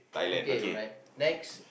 okay alright next